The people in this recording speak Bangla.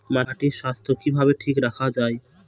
মাটির স্বাস্থ্য কিভাবে ঠিক রাখা যায়?